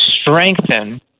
strengthen